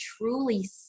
truly